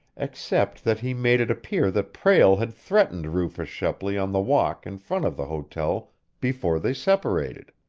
except that he made it appear that prale had threatened rufus shepley on the walk in front of the hotel before they separated.